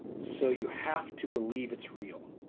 so you have to believe it's real.